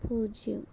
பூஜ்ஜியம்